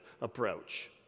approach